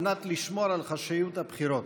על מנת לשמור על חשאיות הבחירות.